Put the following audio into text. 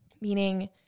meaning